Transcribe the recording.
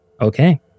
Okay